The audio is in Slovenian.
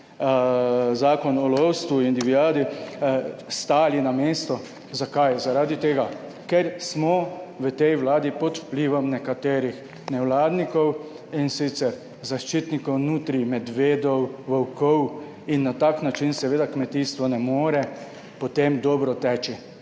Zakon o lovstvu in divjadi, stali na mestu. Zakaj? Zaradi tega, ker smo v tej vladi pod vplivom nekaterih nevladnikov in sicer zaščitnikov nutrij, medvedov, volkov in na tak način seveda kmetijstvo ne more potem dobro teči.